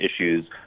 issues